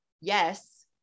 yes